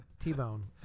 T-bone